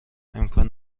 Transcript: امکان